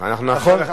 נכון?